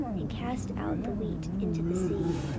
and cast out the wheat into the sea.